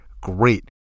Great